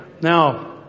Now